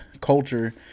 culture